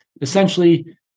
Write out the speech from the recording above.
essentially